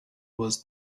was